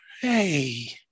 hey